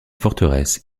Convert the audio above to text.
forteresse